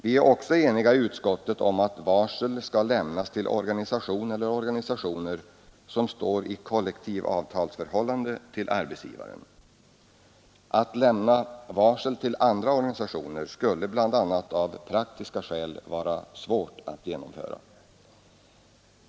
Vi är också eniga i utskottet om att varsel skall lämnas till organisation eller organisationer som står i kollektivavtalsförhållande till arbetsgivaren. Att lämna varsel till andra organisationer skulle bl.a. av praktiska skäl vara svårt att genomföra.